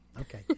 Okay